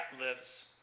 lives